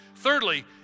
Thirdly